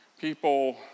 People